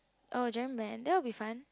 oh a jam band that would be fine